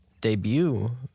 debut